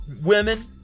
women